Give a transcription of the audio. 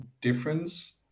difference